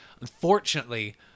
Unfortunately